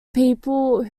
people